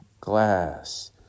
glass